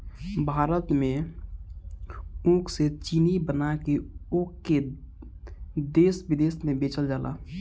भारत में ऊख से चीनी बना के ओके देस बिदेस में बेचल जाला